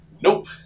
nope